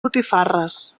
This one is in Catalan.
botifarres